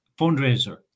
fundraiser